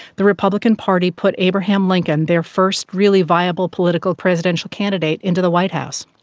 the republican party put abraham lincoln, their first really viable political presidential candidate, into the white house.